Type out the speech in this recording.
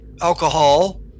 alcohol